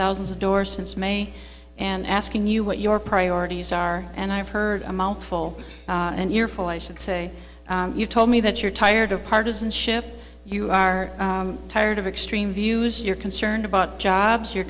thousands of doors since may and asking you what your priorities are and i've heard a mouthful an earful i should say you told me that you're tired of partisanship you are tired of extreme views you're concerned about jobs you're